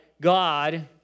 God